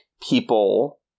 people